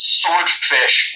swordfish